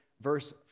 verse